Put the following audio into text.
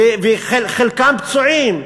חלקם פצועים,